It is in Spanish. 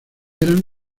eran